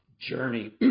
Journey